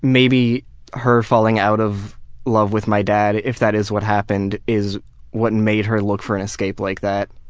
maybe her falling out of love with my dad, if that is what happened, is what made her look for an escape like that.